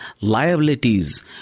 liabilities